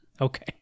Okay